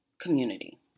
community